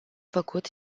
făcut